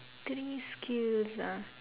three skills ah